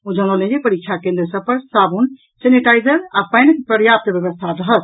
ओ जनौलनि जे परीक्षा केन्द्र सभ पर साबुन सेनेटाईजर आ पानिक पर्याप्त व्यवस्था रहत